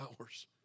hours